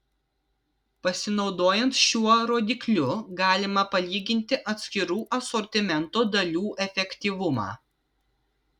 pasinaudojant šiuo rodikliu galima palyginti atskirų asortimento dalių efektyvumą